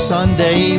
Sunday